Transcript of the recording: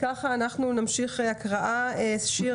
אם כך, אנחנו נמשיך בהקראת תקנה